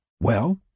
Well